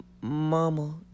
mama